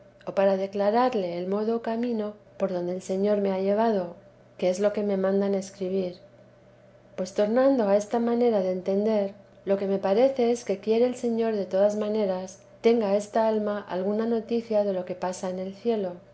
o para declararle el modo o cateresa r r mino por donde el señor me ha llevado que es lo que me mandan escribir pues tornando a esta manera de entender lo que me parece es que quiere el señor de todas maneras tenga esta alma alguna noticia de lo que pasa en el cielo